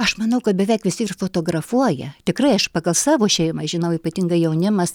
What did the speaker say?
aš manau kad beveik visi ir fotografuoja tikrai aš pagal savo šeimą žinau ypatingai jaunimas